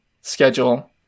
schedule